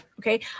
okay